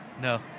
No